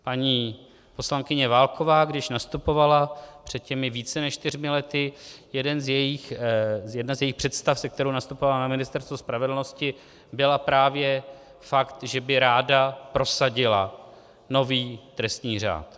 Paní poslankyně Válková, když nastupovala před těmi více než čtyřmi lety, jedna z jejích představ, se kterou nastupovala na Ministerstvu spravedlnosti, byl právě fakt, že by ráda prosadila nový trestní řád.